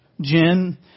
Jen